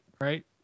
right